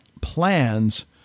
plans